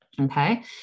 okay